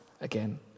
again